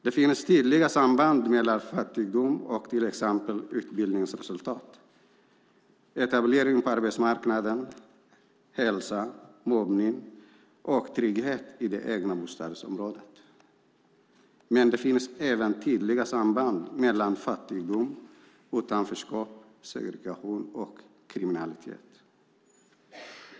Det finns tydliga samband mellan fattigdom och till exempel utbildningsresultat, etablering på arbetsmarknaden, hälsa, mobbning och trygghet i det egna bostadsområdet. Men det finns även tydliga samband mellan fattigdom, utanförskap, segregation och kriminalitet.